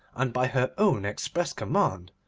and by her own express command,